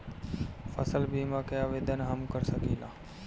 फसल बीमा के आवेदन हम कर सकिला?